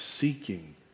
seeking